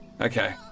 Okay